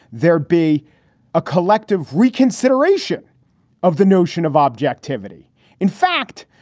there'd be a collective reconsideration of the notion of objectivity in fact,